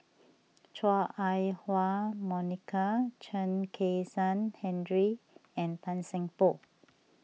Chua Ah Huwa Monica Chen Kezhan Henri and Tan Seng Poh